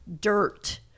dirt